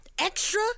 Extra